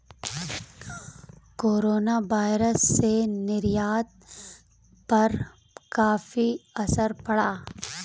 coronavirus से निर्यात पर काफी असर पड़ा